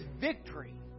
victory